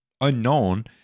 unknown